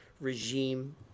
regime